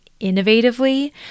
innovatively